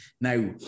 Now